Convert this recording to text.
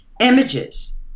images